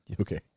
Okay